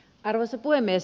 arvoisa puhemies